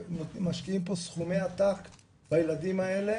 משקיעים פה סכומי עתק בילדים האלה,